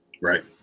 Right